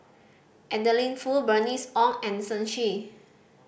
Adeline Foo Bernice Ong and Shen Xi